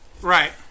Right